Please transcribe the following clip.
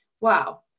wow